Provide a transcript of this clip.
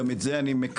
גם את זה אני מקבל.